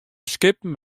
skippen